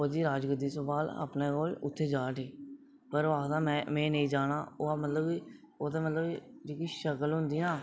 ओह्दी राजगद्दी संभाल जेहड़ा अपना कोल उत्थै जा उठी पर ओह् आखदा में नेईं जाना ओह् मतलब ओह्दा मतलब जेहड़ी शकल होंदी ना